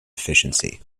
efficiency